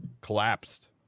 collapsed